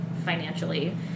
financially